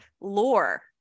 lore